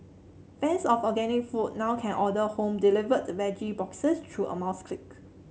fans of organic food now can order home delivered veggie boxes through a mouse click